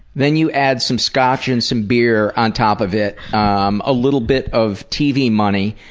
then you add some scotch and some beer on top of it, um a little bit of tv money,